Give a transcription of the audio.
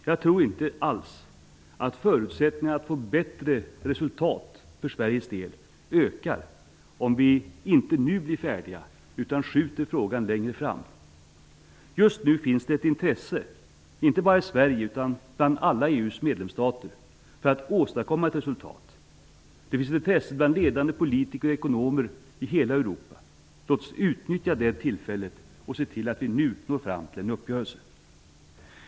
Jag tror inte alls att förutsättningarna för att få ett bättre resultat för Sveriges del ökar om vi inte nu blir färdiga utan skjuter frågan längre fram. Just nu finns ett intresse, inte bara i Sverige utan bland alla EU:s medlemsstater, för att åstadkomma ett resultat. Det finns ett intresse bland ledande politiker och ekonomer i hela Europa. Låt oss utnyttja det tillfället och se till att vi nu når fram till en uppgörelse!